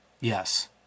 yes